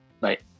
Right